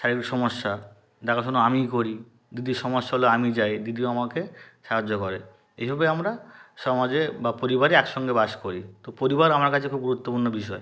শারীরিক সমস্যা দেখাশোনা আমিই করি দিদির সমস্যা হলে আমি যাই দিদিও আমাকে সাহায্য করে এইভাবে আমরা সমাজে বা পরিবারে একসঙ্গে বাস করি তো পরিবার আমার কাছে খুব গুরুত্বপূর্ণ বিষয়